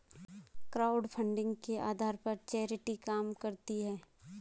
crowdfunding के आधार पर चैरिटी काम करती है